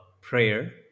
prayer